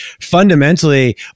Fundamentally